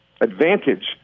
advantage